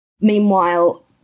Meanwhile